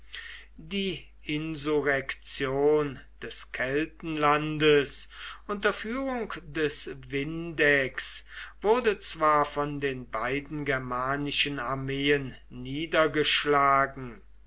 die insurrektion des keltenlandes unter führung des vindex wurde zwar von den beiden germanischen armeen niedergeschlagen